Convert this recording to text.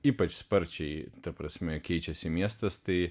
ypač sparčiai ta prasme keičiasi miestas tai